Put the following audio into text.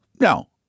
No